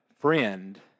friend